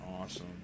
awesome